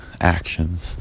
actions